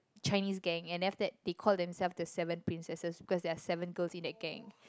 Chinese gang and then after that they called themselves the seven princesses because there were seven girls in that gang